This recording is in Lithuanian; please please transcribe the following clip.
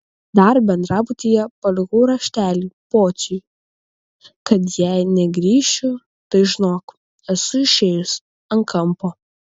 dar bendrabutyje palikau raštelį pociui kad jei negrįšiu tai žinok esu išėjęs ant kampo